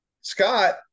Scott